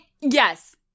yes